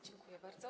Dziękuję bardzo.